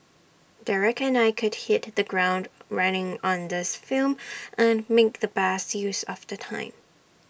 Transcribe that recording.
Derek and I could hit the ground running on this film and make the best use of the time